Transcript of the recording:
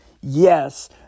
yes